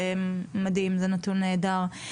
זה מדהים וזה נתון נהדר.